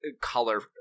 color